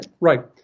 right